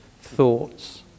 thoughts